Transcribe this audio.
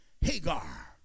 Hagar